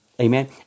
Amen